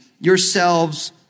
yourselves